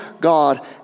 God